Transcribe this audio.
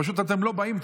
פשוט אתם לא באים,